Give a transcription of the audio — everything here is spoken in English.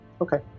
Okay